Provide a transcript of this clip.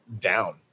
down